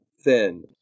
thin